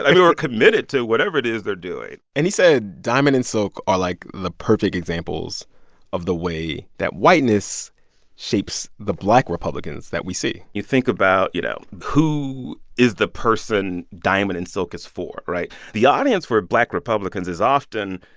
and they were committed to whatever it is they're doing and he said diamond and silk are, like, the perfect examples of the way that whiteness shapes the black republicans that we see you think about, you know, who is the person diamond and silk is for, right? the audience for black republicans is often